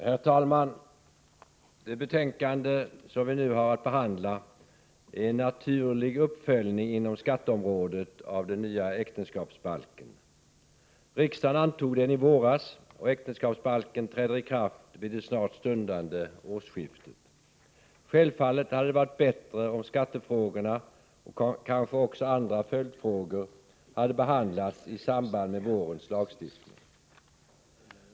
Herr talman! Det betänkande som vi nu har att behandla är en naturlig uppföljning inom skatteområdet av den nya äktenskapsbalken. Riksdagen antog den i våras, och äktenskapsbalken träder i kraft vid det snart stundande årsskiftet. Självfallet hade det varit bättre om skattefrågorna, och kanske också andra följdfrågor, hade behandlats i samband med vårens lagstiftning.